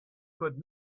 could